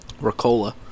Ricola